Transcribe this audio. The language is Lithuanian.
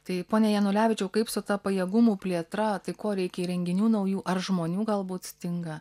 tai pone janulevičiau kaip su ta pajėgumų plėtra tai ko reikia įrenginių naujų ar žmonių galbūt stinga